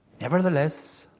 Nevertheless